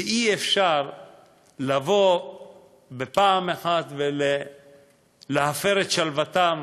ואי-אפשר לבוא בפעם אחת ולהפר את שלוותם